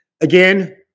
again